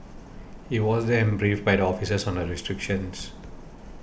he was then briefed by officers on the restrictions